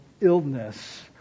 illness